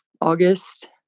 August